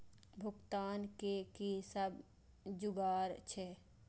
भुगतान के कि सब जुगार छे?